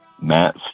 Matt